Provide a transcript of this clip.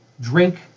Drink